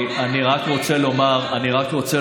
אני רק רוצה לומר שפתחנו